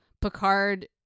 Picard